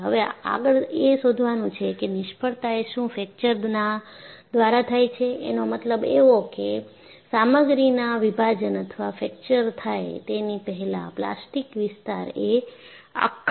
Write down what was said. હવે આગળ એ શોધવાનું છે કે નિષ્ફળતા એ શું ફ્રેકચર ના દ્વારા થાય છે એનો મતલબ એવો કે સામગ્રીના વિભાજન અથવા ફ્રેકચર થાય તેની પહેલાં પ્લાસ્ટિક વિસ્તારએ આખા માળખામાં ફેલાય જાય છે